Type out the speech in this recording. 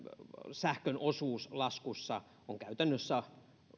sähkön osuus laskussa on käytännössä